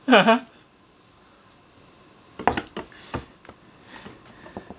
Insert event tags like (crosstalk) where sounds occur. (uh huh) (laughs)